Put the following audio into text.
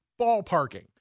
ballparking